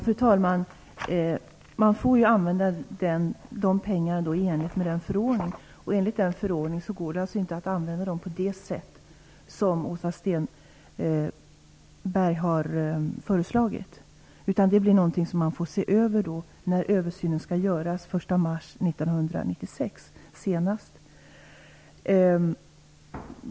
Fru talman! Man får använda pengarna i enlighet med förordningen. Enligt förordningen går det inte att använda pengarna på det sätt som Åsa Stenberg har föreslagit. Det blir i så fall något som man får se över när översynen skall göras senast den 1 mars 1996.